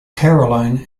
caroline